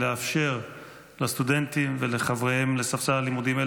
לאפשר לסטודנטים ולחבריהם לספסל הלימודים,